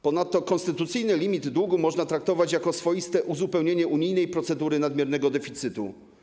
Ponadto konstytucyjny limit długu można traktować jako swoiste uzupełnienie unijnej procedury nadmiernego deficytu.